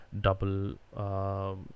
double